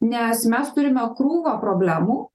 nes mes turime krūvą problemų